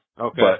Okay